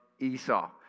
esau